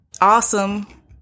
awesome